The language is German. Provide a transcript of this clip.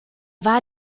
war